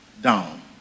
down